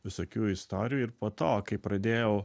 visokių istorijų ir po to kai pradėjau